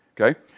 okay